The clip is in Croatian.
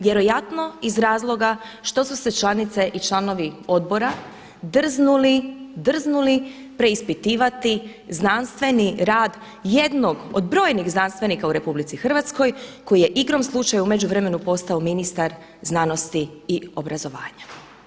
Vjerojatno iz razloga što su se članice i članovi odbora drznuli preispitivati znanstveni rad jednog od brojnih znanstvenika u RH koji je igrom slučaja u međuvremenu postao ministar znanosti i obrazovanja.